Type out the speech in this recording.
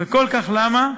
וכל כך למה?